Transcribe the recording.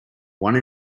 one